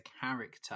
character